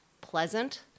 pleasant